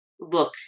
look